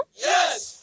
Yes